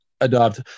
adopt